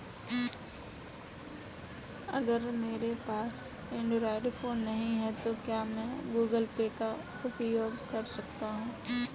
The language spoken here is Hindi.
अगर मेरे पास एंड्रॉइड फोन नहीं है तो क्या मैं गूगल पे का उपयोग कर सकता हूं?